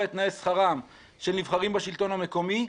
את תנאי שכרם של נבחרים בשלטון המקומי,